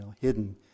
hidden